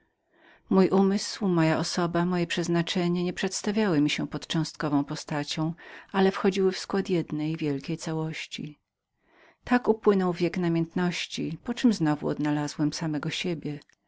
mój umysł moja osobistość moje przeznaczenie nie przedstawiały mi się pod cząstkową postacią ale wchodziły w skład jednej wielkiej całości tak upłynął wiek namiętności poczem znowu znalazłem samego siebie